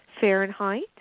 Fahrenheit